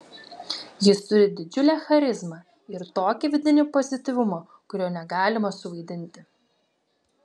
jis turi didžiulę charizmą ir tokį vidinį pozityvumą kurio negalima suvaidinti